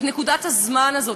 את נקודת הזמן הזו,